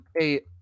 eight